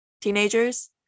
teenagers